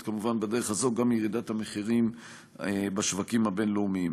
כמובן בדרך הזאת גם מירידת המחירים בשווקים הבין-לאומיים.